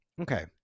okay